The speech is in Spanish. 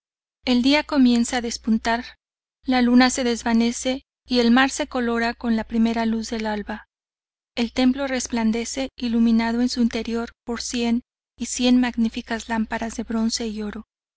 el día comienza a despuntar la luna se desvanece y el mar se colora con la primera luz del alba el templo resplandece iluminado en su interior por cien y cien magnificas lámparas de bronce y oro